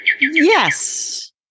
Yes